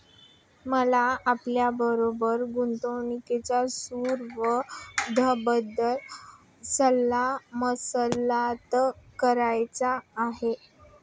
मला आपल्याबरोबर गुंतवणुक सुविधांबद्दल सल्ला मसलत करायची आहे